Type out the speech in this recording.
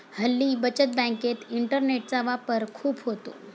हल्ली बचत बँकेत इंटरनेटचा वापर खूप होतो